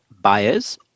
buyers